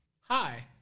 hi